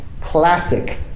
classic